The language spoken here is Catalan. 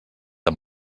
amb